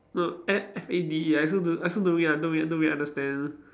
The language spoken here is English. no F F A D I also don't I also don't really don't really understand